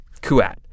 Kuat